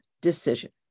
decision